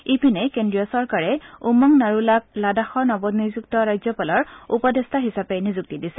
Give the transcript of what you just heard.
ইপিনে কেন্দ্ৰীয় চৰকাৰে উমং নাৰুলাক লাডাখৰ নৱ নিযুক্ত ৰাজ্যপালৰ উপদেষ্টা হিচাপে নিযুক্তি দিছে